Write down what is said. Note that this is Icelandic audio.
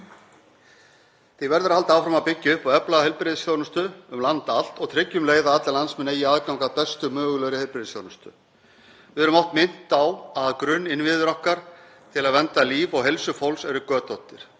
Því verður að halda áfram að byggja upp og efla heilbrigðisþjónustu um land allt og tryggja um leið að allir landsmenn eigi aðgang að bestu mögulegu heilbrigðisþjónustu. Við erum oft minnt á að grunninnviðir okkar til að vernda líf og heilsu fólks eru götóttir.